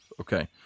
Okay